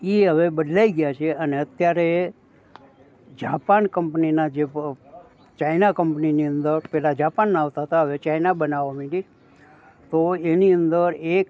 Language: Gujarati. એ હવે બદલાઈ ગયા છે અને અત્યારે જાપાન કંપનીના જે ચાઈના કંપનીની અંદર પહેલા જાપાનના આવતા હતા હવે ચાઈના બનાવવા માંડી તો એની અંદર એક